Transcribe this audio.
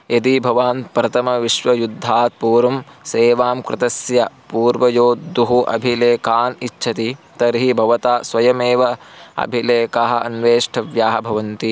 यदि भवान् प्रथमविश्वयुद्धात् पूर्वं सेवां कृतस्य पूर्वयोद्धुः अभिलेखान् इच्छति तर्हि भवता स्वयमेव अभिलेखाः अन्वेष्टव्याः भवन्ति